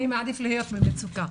אני מעדיף להיות במצוקה.